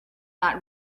not